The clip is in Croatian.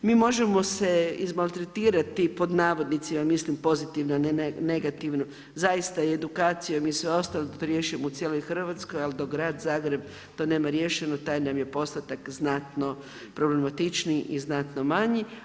Mi možemo se izmaltretirati pod navodnicima, mislim pozitivno ne negativno, zaista i edukacijom i sve ostalo da to riješimo u cijeloj Hrvatskoj ali dok grad Zagreb to nema riješeno taj nam je postotak znatno problematičniji i znatno manji.